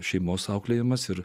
šeimos auklėjimas ir